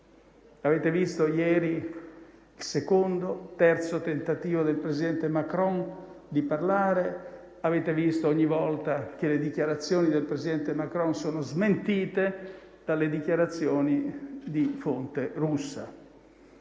Avete visto ieri il secondo e il terzo tentativo del presidente Macron di parlare e avete visto che le dichiarazioni del presidente Macron sono state smentite ogni volta dalle dichiarazioni di fonte russa.